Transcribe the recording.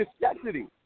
necessity